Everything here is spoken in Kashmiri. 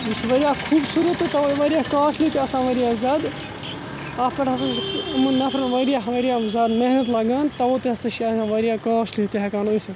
یہِ چھِ واریاہ خوٗبصوٗرت تہٕ واریاہ کاسٹلی تہِ آسان واریاہ زیادٕ اَتھ پیٹھ ہَسا یِمَن نَفرَن واریاہ واریاہ زیادٕ محنت لَگان توَے تہِ ہَسا چھِ یہِ آسان واریاہ کاسٹلی تہِ ہیٚکان ٲسِتھ